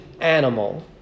animal